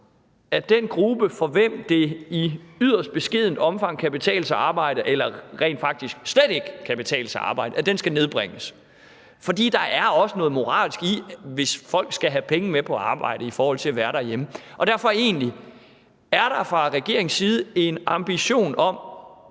at den gruppe, for hvem det i yderst beskedent omfang kan betale sig at arbejde eller rent faktisk slet ikke kan tale sig at arbejde, skal nedbringes. For der er også noget moralsk i det, hvis folk skal have penge med på arbejde i forhold til at være derhjemme. Er der fra regeringens side en ambition om,